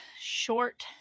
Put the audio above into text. short